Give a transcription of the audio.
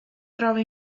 trova